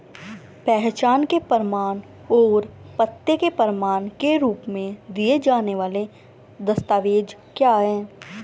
पहचान के प्रमाण और पते के प्रमाण के रूप में दिए जाने वाले दस्तावेज क्या हैं?